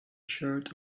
shirt